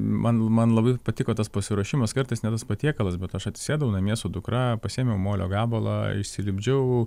man man labai patiko tas pasiruošimas kartais ne tas patiekalas bet aš atsisėdau namie su dukra pasiėmiau molio gabalą užsilipdžiau